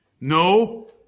no